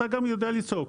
אתה גם יודע לצעוק.